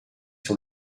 sur